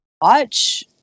watch